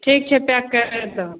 ठीक छै पैक करि दहो